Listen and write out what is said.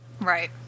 Right